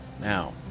Now